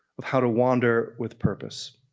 of how to wander with purpose.